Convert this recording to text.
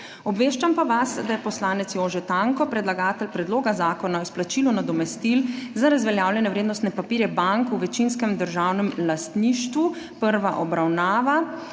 obveščam pa vas, da je poslanec Jože Tanko, predlagatelj Predloga zakona o izplačilu nadomestil za razveljavljene vrednostne papirje bank v večinskem državnem lastništvu, prva obravnava